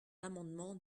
l’amendement